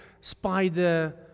spider